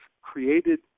created